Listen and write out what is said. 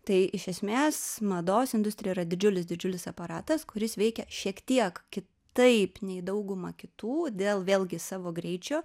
tai iš esmės mados industrija yra didžiulis didžiulis aparatas kuris veikia šiek tiek kitaip nei dauguma kitų dėl vėlgi savo greičio